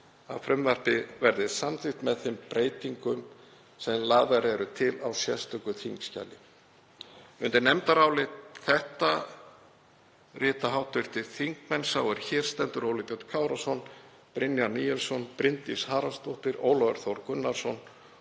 að frumvarpið verði samþykkt með þeim breytingum sem lagðar eru til á sérstöku þingskjali. Undir nefndarálit þetta rita hv. þingmenn Óli Björn Kárason, Brynjar Níelsson, Bryndís Haraldsdóttir, Ólafur Þór Gunnarsson